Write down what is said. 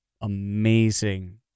amazing